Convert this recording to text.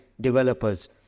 developers